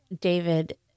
David